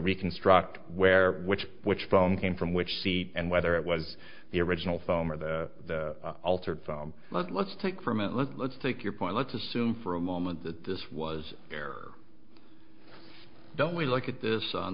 reconstruct where which which bone came from which seat and whether it was the original foam or the altered foam let let's take from it let's let's take your point let's assume for a moment that this was there don't we look at this on